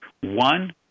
One